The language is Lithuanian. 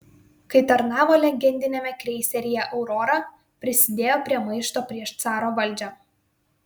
kai tarnavo legendiniame kreiseryje aurora prisidėjo prie maišto prieš caro valdžią